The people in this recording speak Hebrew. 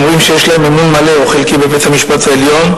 אומרים שיש להם אמון מלא או חלקי בבית-המשפט העליון,